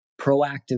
proactive